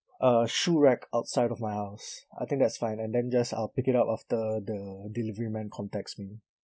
uh shoe rack outside of my house I think that's fine and then just I'll pick it up after the delivery man contacts me